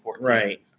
Right